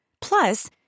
Plus